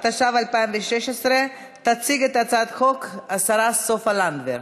התשע"ו 2016. תציג את הצעת החוק השרה סופה לנדבר.